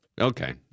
Okay